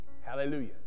Hallelujah